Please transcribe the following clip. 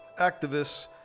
activists